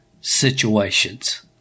situations